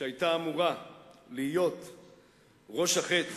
שהיתה אמורה להיות ראש החץ